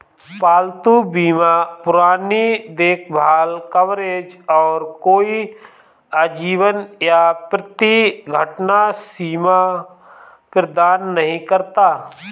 पालतू बीमा पुरानी देखभाल कवरेज और कोई आजीवन या प्रति घटना सीमा प्रदान नहीं करता